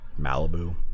Malibu